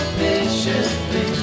patiently